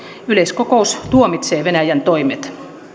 yleiskokous tuomitsee venäjän toimet